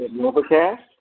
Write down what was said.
overcast